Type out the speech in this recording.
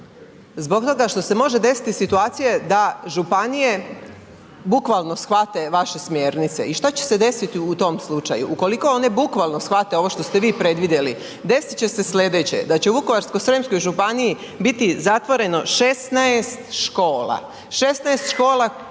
zbog toga što se može desiti situacije da županije bukvalno shvate vaše smjernice i šta će se desiti u tom slučaju. Ukoliko one bukvalno shvate ovo što ste vi predvidjeli, desit će se sljedeće da će Vukovarsko-srijemskoj županiji biti zatvoreno 16 škola,